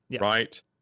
right